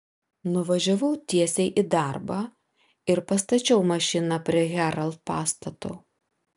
nuvažiavau tiesiai į darbą ir pastačiau mašiną prie herald pastato